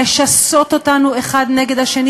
לשסות אותנו אחד נגד השני,